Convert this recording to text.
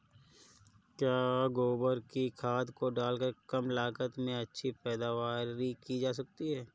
क्या गोबर की खाद को डालकर कम लागत में अच्छी पैदावारी की जा सकती है?